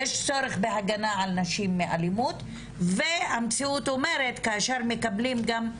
יש צורך בהגנה על נשים מאלימות והמציאות אומרת כאשר מקבלים גם,